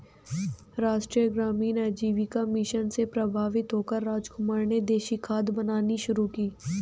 राष्ट्रीय ग्रामीण आजीविका मिशन से प्रभावित होकर रामकुमार ने देसी खाद बनानी शुरू की